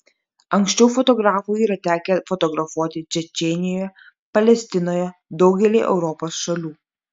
anksčiau fotografui yra tekę fotografuoti čečėnijoje palestinoje daugelyje europos šalių